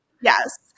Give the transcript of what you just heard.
yes